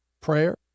prayer